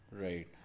Right